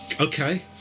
okay